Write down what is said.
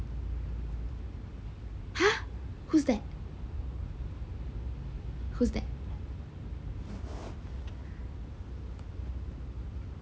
!huh! who's that who's that